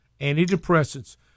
Antidepressants